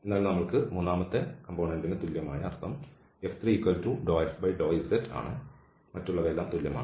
അതിനാൽ നമ്മൾക്ക് മൂന്നാമത്തെ ഘടകത്തിന് തുല്യമായ അർത്ഥം F3δfδz ആണ് മറ്റുള്ളവയെല്ലാം തുല്യമാണ്